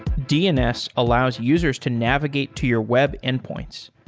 dns allows users to navigate to your web endpoints,